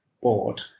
Board